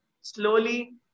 Slowly